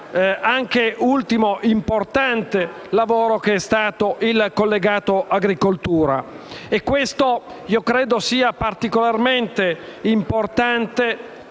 all'ultimo importante lavoro che è stato il collegato agricoltura. Questo è, a mio avviso, particolarmente importante